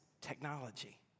technology